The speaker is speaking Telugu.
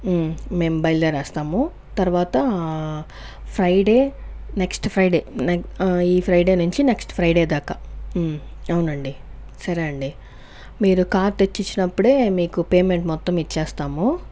మేం బయలుదేరేస్తాము తర్వాత ఫ్రైడే నెక్స్ట్ ఫ్రైడే నె ఈ ఫ్రైడే నుంచి నెక్స్ట్ ఫ్రైడే దాకా అవునండి సరే అండి మీరు కార్ తెచ్చిచ్చినప్పుడే మీకు పేమెంట్ మొత్తం ఇచ్చేస్తాము